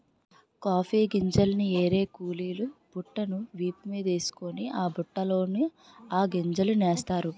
coffee గింజల్ని ఏరే కూలీలు బుట్టను వీపు మీదేసుకొని ఆ బుట్టలోన ఆ గింజలనేస్తారు